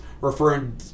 referring